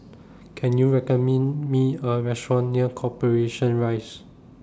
Can YOU Me A Restaurant near Corporation Rise